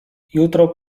jutro